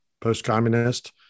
post-communist